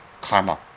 karma